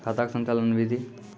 खाता का संचालन बिधि?